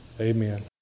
Amen